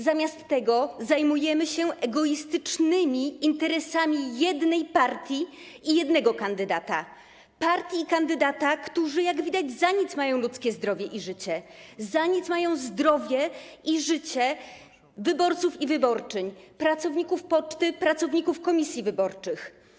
Zamiast tego zajmujemy się egoistycznymi interesami jednej partii i jednego kandydata - partii i kandydata, którzy, jak widać, za nic mają ludzkie zdrowie i życie, za nic mają zdrowie i życie wyborców i wyborczyń, pracowników poczty, pracowników komisji wyborczych.